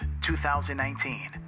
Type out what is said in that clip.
2019